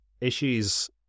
issues